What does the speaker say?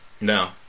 No